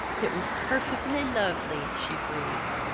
it was perfectly lovely, she breathed.